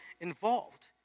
involved